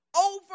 over